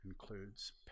includes